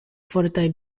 fortaj